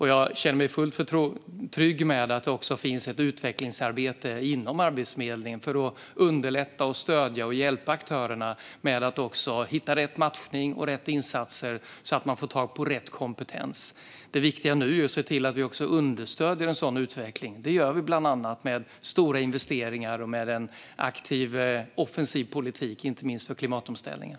Jag känner mig trygg med att det också finns ett utvecklingsarbete inom Arbetsförmedlingen för att underlätta för och stödja och hjälpa aktörerna med att hitta rätt matchning och rätt insatser så att de får tag i rätt kompetens. Det viktiga nu är att se till att vi också understödjer en sådan utveckling. Det gör vi bland annat med stora investeringar och med en aktiv och offensiv politik, inte minst för klimatomställningen.